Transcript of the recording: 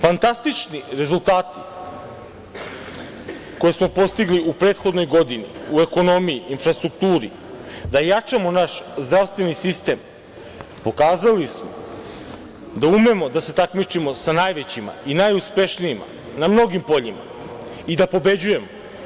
Fantastični rezultati koje smo postigli u prethodnoj godini u ekonomiji, infrastrukturi, da jačamo naš zdravstveni sistem, pokazali smo da umemo da se takmičimo sa najvećima i najuspešnijima na mnogim poljima i da pobeđujemo.